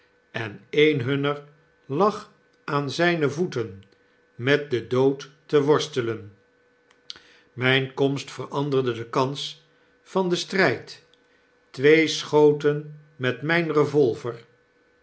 en een hunner lag aan zyne voeten met den dood te worstelen myne komst veranderde de kans van den stryd twee schoten met myn revolver